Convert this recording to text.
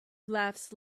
laughs